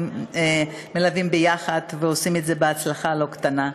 מלוות ביחד ועושות את זה בהצלחה לא קטנה.